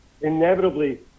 inevitably